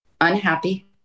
unhappy